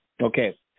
Okay